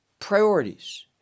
priorities